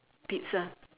pizza